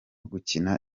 gukina